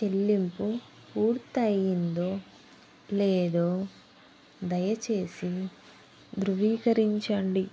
చెల్లింపు పూర్తయ్యిందో లేదో దయచేసి ధృవీకరించండి